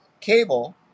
cable